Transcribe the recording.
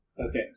Okay